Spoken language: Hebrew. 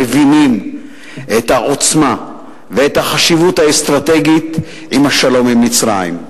מבינים את העוצמה ואת החשיבות האסטרטגית של השלום עם מצרים.